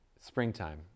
Springtime